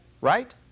Right